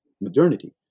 modernity